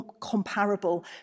comparable